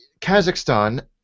Kazakhstan